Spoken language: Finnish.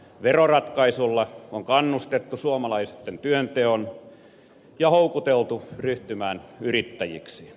veroratkaisuilla on kannustettu suomalaisia työntekoon ja houkuteltu ryhtymään yrittäjiksi